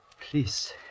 Please